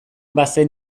bazen